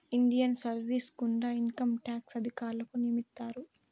Indian service గుండా income tax అధికారులను నియమిత్తారు